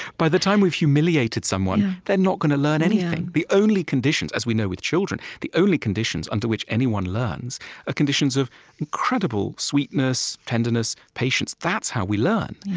by the time we've humiliated someone, they're not going to learn anything. the only conditions as we know with children, the only conditions under which anyone learns are ah conditions of incredible sweetness, tenderness, patience. that's how we learn.